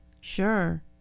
Sure